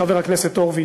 חבר הכנסת הורוביץ,